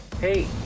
Hey